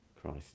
Christ